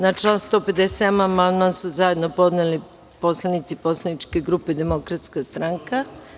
Na član 157. amandman su zajedno podneli narodni poslanici poslaničke grupe Demokratska stranka.